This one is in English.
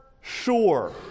sure